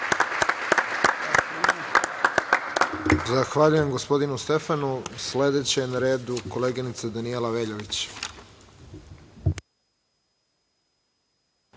Zahvaljujem gospodinu Stefanu. Sledeća je na redu koleginica Danijela Veljović.